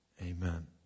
Amen